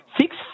six